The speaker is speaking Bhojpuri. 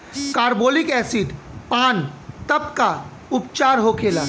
कारबोलिक एसिड पान तब का उपचार होखेला?